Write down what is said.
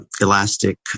elastic